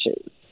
issues